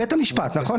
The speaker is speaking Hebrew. בית המשפט, נכון?